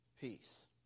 peace